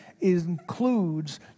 includes